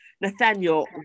Nathaniel